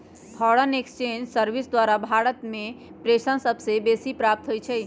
foreign exchange service द्वारा भारत में प्रेषण सबसे बेसी प्राप्त होई छै